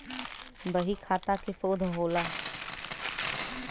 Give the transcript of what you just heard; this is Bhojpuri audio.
बहीखाता के शोध होला